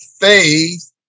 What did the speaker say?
Faith